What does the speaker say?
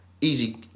easy